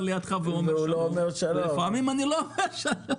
לידם ואומר שלום ולפעמים אני לא אומר שלום.